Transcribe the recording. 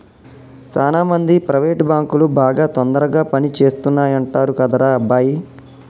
సాన మంది ప్రైవేట్ బాంకులు బాగా తొందరగా పని చేస్తాయంటరు కదరా అబ్బాయి